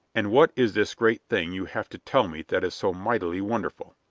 and what is this great thing you have to tell me that is so mightily wonderful?